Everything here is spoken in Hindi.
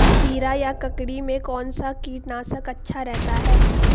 खीरा या ककड़ी में कौन सा कीटनाशक अच्छा रहता है?